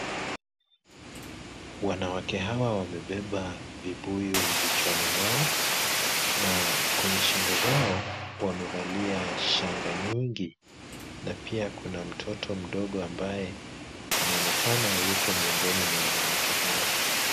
Wanawake hawa wamebeba vibuyu vichwani mwao, na kwenye shingo zao, wamevalia shanga nyingi na pia kuna mtoto mdogo ambaye anaonekana yuko miongoni mwa wanawake hawa.